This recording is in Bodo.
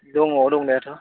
दङ दंनायाथ'